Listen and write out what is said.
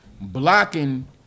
blocking